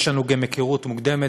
גם יש לנו היכרות מוקדמת,